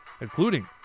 including